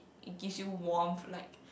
it gives you warmth like